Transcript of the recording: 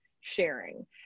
sharing